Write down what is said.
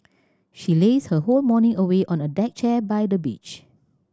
she lazed her whole morning away on a deck chair by the beach